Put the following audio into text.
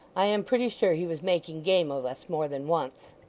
i am pretty sure he was making game of us, more than once